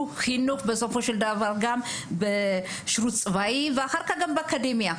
חינוך בסופו של דבר גם בשרות צבאי ואחר גם באקדמיה.